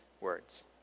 words